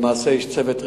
למעשה יש צוות רפואה.